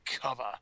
cover